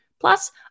Plus